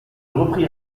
reprit